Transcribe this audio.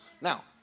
Now